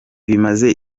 bimaze